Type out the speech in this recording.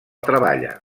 treballa